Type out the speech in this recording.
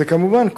כמובן,